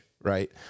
right